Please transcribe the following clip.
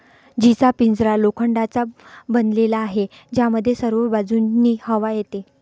जीचा पिंजरा लोखंडाचा बनलेला आहे, ज्यामध्ये सर्व बाजूंनी हवा येते